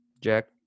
Jack